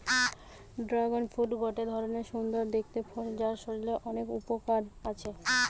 dragon fruit গটে ধরণের সুন্দর দেখতে ফল যার শরীরের অনেক উপকার আছে